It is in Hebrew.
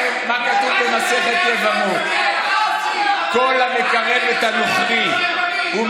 אני רוצה להגיד לכם מה כתוב במסכת יבמות: כל המקרב את הנוכרי ומגיירו,